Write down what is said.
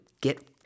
get